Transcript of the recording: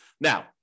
Now